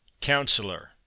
Counselor